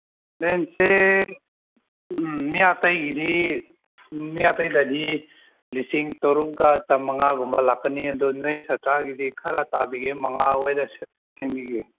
ꯔꯦꯟꯁꯦ ꯃꯤ ꯑꯇꯩꯒꯤꯗꯤ ꯃꯤ ꯑꯇꯩꯒꯤꯗꯤ ꯃꯤ ꯑꯇꯩꯗꯗꯤ ꯂꯤꯁꯤꯡ ꯇꯔꯨꯛꯀ ꯆꯥꯝꯃꯉꯥꯒꯨꯝꯕ ꯂꯥꯛꯀꯅꯤ ꯑꯗꯨ ꯅꯣꯏ ꯁꯥꯇ꯭ꯔꯥꯒꯤꯗꯤ ꯈꯔ ꯇꯥꯕꯤꯒꯦ ꯃꯉꯥ ꯑꯣꯏꯔꯁꯨ ꯁꯦꯝꯕꯤꯒꯦ